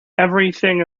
everything